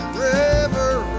river